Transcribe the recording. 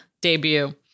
debut